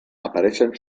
apareixen